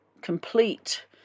complete